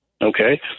Okay